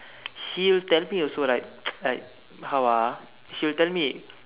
he'll tell me also right like how ah he will tell me